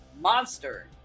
monster